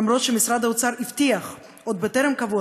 למרות הבטחת משרד האוצר עוד בטרם כבו